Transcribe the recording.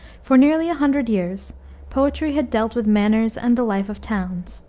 for nearly a hundred years poetry had dealt with manners and the life of towns,